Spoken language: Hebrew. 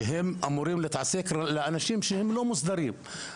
שהם אמורים להתעסק לאנשים שהם לא מוסדרים.